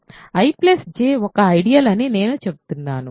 I J ఒక ideal అని నేను చెప్తున్నాను